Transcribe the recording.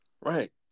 Right